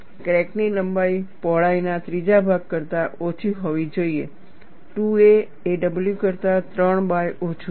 ક્રેકની લંબાઈ પહોળાઈના ત્રીજા ભાગ કરતાં ઓછી હોવી જોઈએ 2a એ w કરતાં 3 બાય ઓછું છે